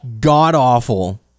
god-awful